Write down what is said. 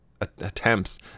Attempts